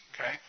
Okay